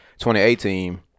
2018